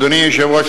אדוני היושב-ראש,